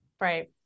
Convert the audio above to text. Right